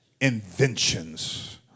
inventions